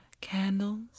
Candles